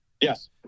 Yes